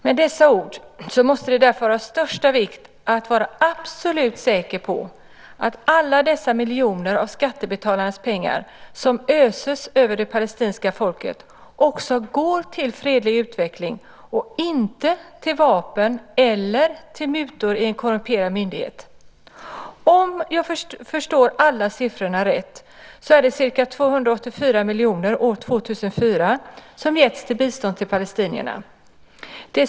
Med tanke på dessa ord måste det därför vara av största vikt att man är absolut säker på att alla dessa miljoner av skattebetalarnas pengar som öses över det palestinska folket också går till fredlig utveckling och inte till vapen eller mutor i en korrumperad myndighet. Om jag förstår alla siffrorna rätt har ca 284 miljoner år 2004 getts som bistånd till palestinierna.